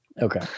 Okay